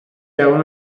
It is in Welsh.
iawn